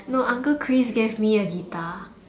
no uncle Chris gave me a guitar